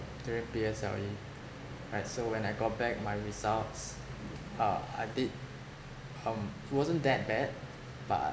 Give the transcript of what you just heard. during P_S_L_E like so when I got back my results uh I did um it wasn't that bad but